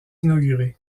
inaugurée